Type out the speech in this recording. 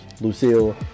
Lucille